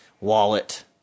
wallet